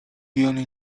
uspokojony